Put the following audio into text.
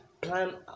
plan